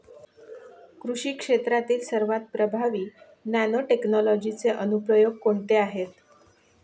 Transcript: कृषी क्षेत्रातील सर्वात प्रभावी नॅनोटेक्नॉलॉजीचे अनुप्रयोग कोणते आहेत?